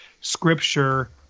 scripture